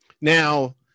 Now